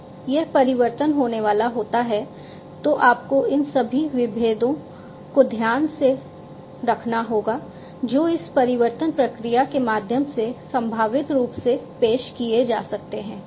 जब यह परिवर्तन होने वाला होता है तो आपको इन सभी विभेदों को ध्यान में रखना होगा जो इस परिवर्तन प्रक्रिया के माध्यम से संभावित रूप से पेश किए जा सकते हैं